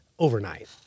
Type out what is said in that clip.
overnight